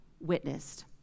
witnessed